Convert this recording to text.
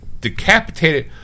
decapitated